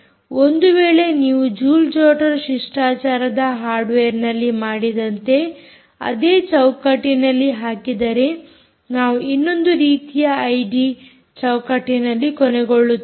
ಒಂದು ವೇಳೆ ನೀವು ಜೂಲ್ ಜೊಟರ್ ಶಿಷ್ಟಾಚಾರದ ಹಾರ್ಡ್ವೇರ್ನಲ್ಲಿ ಮಾಡಿದಂತೆ ಅದೇ ಚೌಕಟ್ಟಿನಲ್ಲಿ ಹಾಕಿದರೆ ನಾವು ಇನ್ನೊಂದು ರೀತಿಯ ಐಡಿಈ ಚೌಕಟ್ಟಿನಲ್ಲಿ ಕೊನೆಗೊಳ್ಳುತ್ತೇವೆ